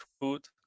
food